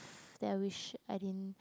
that I wished I didn't